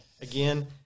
Again